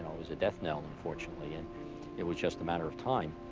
was a death knell, unfortunately. and it was just a matter of time.